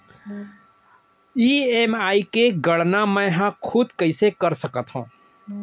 EMI के गड़ना मैं हा खुद से कइसे कर सकत हव?